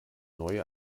neue